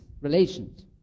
relations